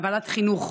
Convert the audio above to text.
בוועדת החינוך: